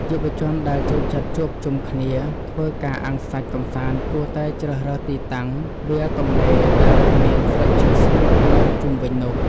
យុវជនដែលចូលចិត្តជួបជុំគ្នាធ្វើការអាំងសាច់កម្សាន្តគួរតែជ្រើសរើសទីតាំងវាលទំនេរដែលគ្មានស្លឹកឈើស្ងួតនៅជុំវិញនោះ។